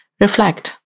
reflect